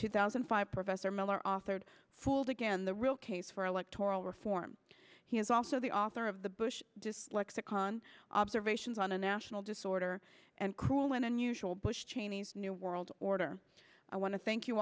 two thousand and five professor miller authored fooled again the real case for electoral reform he is also the author of the bush dyslexic con observations on a national disorder and cruel and unusual bush cheney's new world order i want to thank you